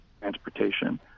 transportation